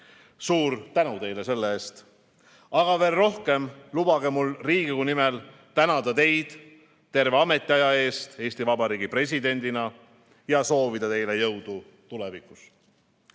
Suur tänu teile selle eest! Aga veel rohkem lubage mul Riigikogu nimel tänada teid terve ametiaja eest Eesti Vabariigi presidendina ja soovida teile jõudu tulevikuks! Austatud